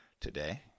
today